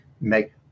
make